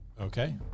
Okay